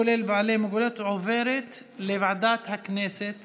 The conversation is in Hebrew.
כולל בעלי מוגבלות, עוברת לוועדת הכנסת